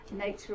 nature